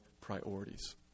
priorities